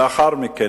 ולאחר מכן,